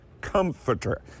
comforter